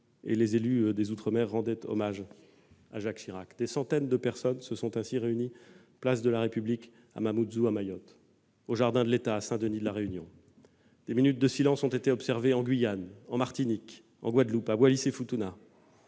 et leurs élus rendaient, eux aussi, hommage à Jacques Chirac : des centaines de personnes se sont réunies place de la République à Mamoudzou, à Mayotte, ainsi qu'au jardin de l'État à Saint-Denis de La Réunion ; des minutes de silence ont été observées en Guyane, en Martinique, en Guadeloupe et à Wallis-et-Futuna